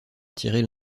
attirés